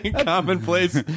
commonplace